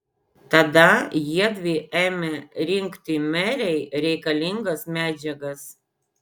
tada jiedvi ėmė rinkti merei reikalingas medžiagas